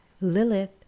Lilith